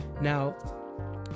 now